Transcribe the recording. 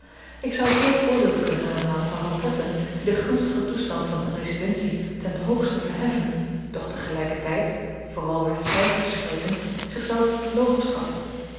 ik zou veel voorbeelden kunnen aanhalen van rapporten die den gunstigen toestand van een residentie ten hoogste verheffen doch te gelyker tyd vooral waar de cyfers spreken zichzelf